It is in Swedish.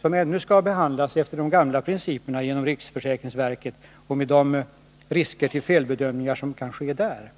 som skall behandlas efter de gamla principerna genom riksförsäkringsverket, med de risker för felbedömningar som kan ske där.